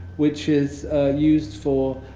which is used for